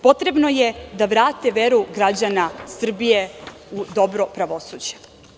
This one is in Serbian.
Potrebno je da vrate veru građana Srbije u dobro pravosuđe.